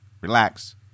relax